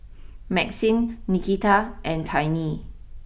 Maxine Nikita and Tiny